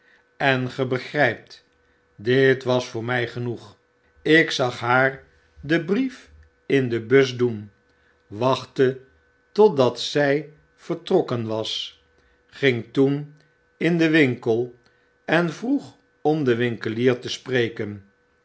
en gij begrijpt dit was voor mij genoeg ik zag haar den brief in de bus doen wachtte totdat zij vertrokken was ging toen in den winkel en vroeg om den winkelier te spreken